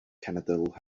cenedl